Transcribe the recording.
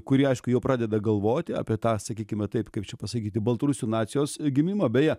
kurie aišku jau pradeda galvoti apie tą sakykim va taip kaip čia pasakyti baltarusių nacijos gimimą beje